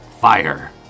Fire